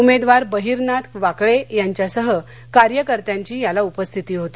उमद्वार बहिरनाथ वाकळ आंच्यासह कार्यकर्त्यांची याला उपस्थिती होती